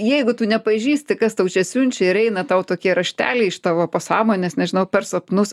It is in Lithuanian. jeigu tu nepažįsti kas tau čia siunčia ir eina tau tokie rašteliai iš tavo pasąmonės nežinau per sapnus